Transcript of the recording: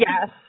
Yes